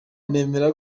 nemera